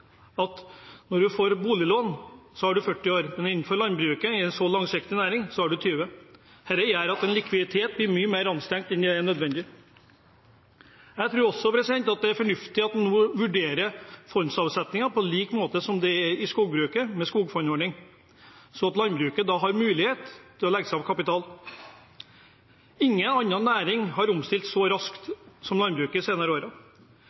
at når man får et boliglån, har man 40 års nedbetalingstid, men innenfor landbruket – en så langsiktig næring – har man 20 år. Dette gjør at likviditeten blir mye mer anstrengt enn nødvendig. Jeg tror også det er fornuftig at man nå vurderer fondsavsetninger på lik måte som i skogbruket med skogforordning, slik at landbruket har mulighet til å legge seg opp kapital. Ingen annen næring har omstilt seg så raskt som landbruket de senere